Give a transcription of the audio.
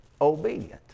obedient